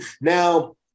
now